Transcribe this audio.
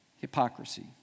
Hypocrisy